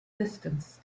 distance